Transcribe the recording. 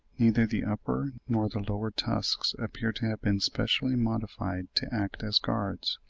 neither the upper nor the lower tusks appear to have been specially modified to act as guards,